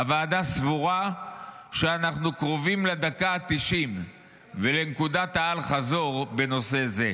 הוועדה סבורה שאנחנו קרובים 'לדקה ה-90' ולנקודת האל-חזור בנושא זה".